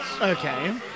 Okay